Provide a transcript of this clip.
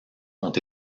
ont